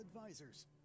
Advisors